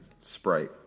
sprite